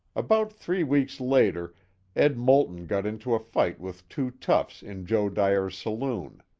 about three weeks later ed. moulton got into a fight with two toughs in joe dyer's saloon.